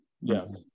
Yes